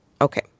Okay